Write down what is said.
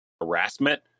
harassment